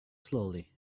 slowly